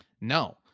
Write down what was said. No